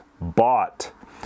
bought